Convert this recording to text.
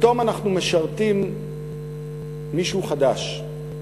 ופתאום אנחנו משרתים מישהו חדש,